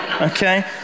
okay